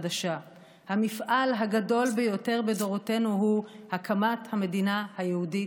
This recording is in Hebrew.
המפעל הגדול ביותר בדורותינו הוא הקמת המדינה היהודית,